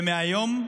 מהיום,